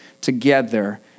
together